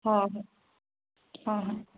ꯍꯣꯍꯣꯏ ꯍꯣꯍꯣꯏ